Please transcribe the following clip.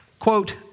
Quote